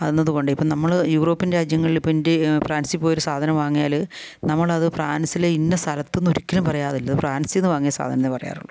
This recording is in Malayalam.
എന്നത് കൊണ്ട് ഇപ്പം നമ്മൾ യൂറോപ്യൻ രാജ്യങ്ങളിൽ ഇപ്പം ഇൻറ്റെ ഫ്രാൻസിൽ പോയി ഒരു സാധനം വാങ്ങിയാൽ നമ്മളത് ഫ്രാൻസിലെ ഇന്ന സ്ഥലത്തുനിന്ന് ഒരിക്കലും പറയാറില്ല ഇത് ഫ്രാൻസിൽ നിന്ന് വാങ്ങിയ സാധനം എന്നേ പറയാറുള്ളൂ